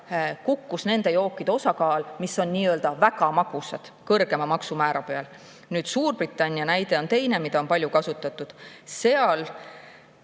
kukkus nende jookide osa, mis on väga magusad, kõrgema maksumääraga. Suurbritannia näide on teine, mida on palju kasutatud. Seal